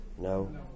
No